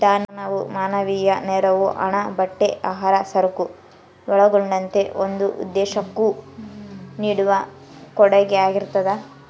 ದಾನವು ಮಾನವೀಯ ನೆರವು ಹಣ ಬಟ್ಟೆ ಆಹಾರ ಸರಕು ಒಳಗೊಂಡಂತೆ ಒಂದು ಉದ್ದೇಶುಕ್ಕ ನೀಡುವ ಕೊಡುಗೆಯಾಗಿರ್ತದ